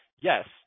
yes –